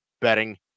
betting